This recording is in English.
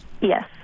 Yes